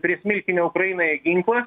prie smilkinio ukrainai ginklas